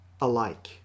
alike